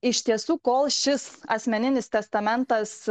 iš tiesų kol šis asmeninis testamentas